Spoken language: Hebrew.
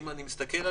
צריך לאפשר את